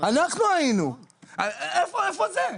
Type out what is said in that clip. איפה זה?